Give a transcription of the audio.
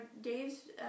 Dave's